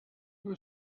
grew